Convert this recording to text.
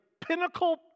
pinnacle